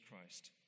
Christ